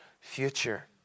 future